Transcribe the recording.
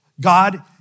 God